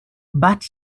but